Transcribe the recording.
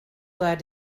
glad